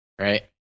Right